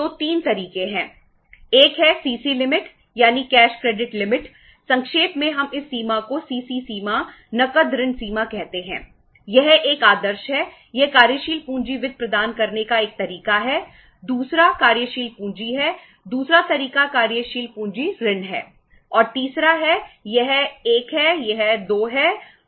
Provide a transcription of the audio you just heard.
तो 3 तरीके हैं